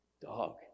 dog